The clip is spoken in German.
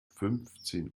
fünfzehn